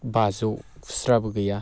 बाजौ खुस्राबो गैया